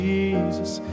Jesus